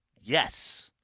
Yes